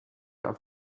auf